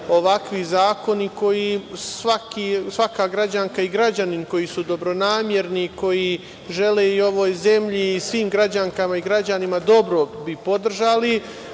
ovakvi zakoni, svaka gađanka i građanin koji su dobronamerni i koji žele ovoj zemlji i svim građankama i građanima dobro bi podržali,